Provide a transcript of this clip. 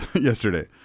yesterday